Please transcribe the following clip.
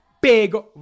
big